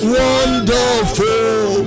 wonderful